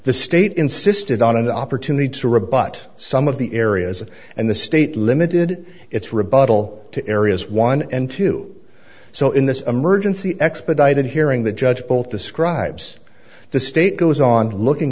the state insisted on an opportunity to rebut some of the areas and the state limited its rebuttal to areas one and two so in this emergency expedited hearing the judge told describes the state goes on looking